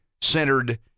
centered